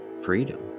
freedom